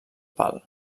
pal